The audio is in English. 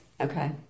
Okay